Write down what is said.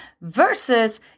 versus